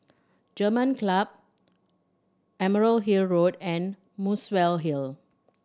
German Club Emerald Hill Road and Muswell Hill